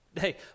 Hey